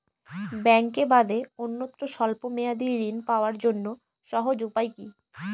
ব্যাঙ্কে বাদে অন্যত্র স্বল্প মেয়াদি ঋণ পাওয়ার জন্য সহজ উপায় কি?